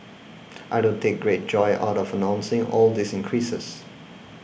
I don't take great joy out of announcing all these increases